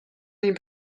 این